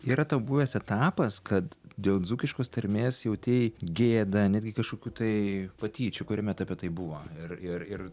yra tau buvęs etapas kad dėl dzūkiškos tarmės jautei gėdą netgi kažkokių tai patyčių kuriam etape tai buvo ir ir ir